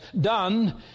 done